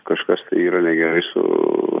kažkas tai yra negerai su